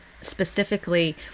specifically